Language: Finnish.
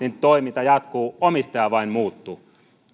toiminta jatkuu omistaja vain muuttuu